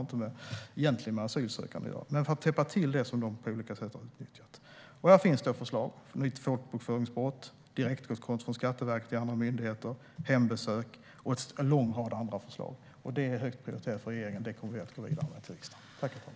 Det har egentligen inte med asylsökande att göra. Det handlar om att täppa till det som på olika sätt har utnyttjats. Här finns förslag om en ny rubricering för folkbokföringsbrott, direktåtkomst för Skatteverket till andra myndigheter, hembesök och en lång rad andra förslag. Det är högt prioriterat från regeringen, och detta kommer vi att gå vidare med till riksdagen.